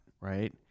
right